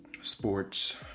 sports